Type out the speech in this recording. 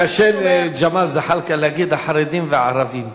קשה לג'מאל זחאלקה להגיד: החרדים והערבים.